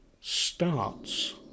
starts